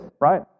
right